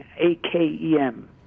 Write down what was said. A-K-E-M